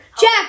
Jack